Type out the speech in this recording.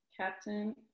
Captain